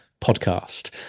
podcast